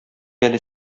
әле